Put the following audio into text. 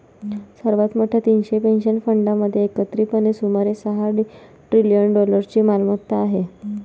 सर्वात मोठ्या तीनशे पेन्शन फंडांमध्ये एकत्रितपणे सुमारे सहा ट्रिलियन डॉलर्सची मालमत्ता आहे